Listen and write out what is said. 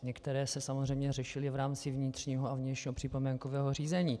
Některé se samozřejmě řešily v rámci vnitřního a vnějšího připomínkového řízení.